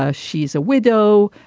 ah she's a widow.